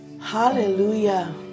Hallelujah